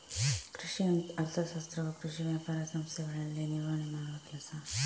ಕೃಷಿ ಅರ್ಥಶಾಸ್ತ್ರವು ಕೃಷಿ ವ್ಯಾಪಾರ ಸಂಸ್ಥೆಗಳಲ್ಲಿ ನಿರ್ವಹಣೆ ಮಾಡುವ ಕೆಲಸ